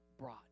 brought